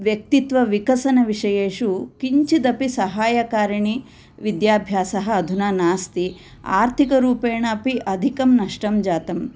व्यक्तित्वविकसनविषयेषु किञ्चिदपि सहायकारिणी विद्याभ्यासः अधुना नास्ति आर्थिकरूपेण अपि अधिकं नष्टं जातम्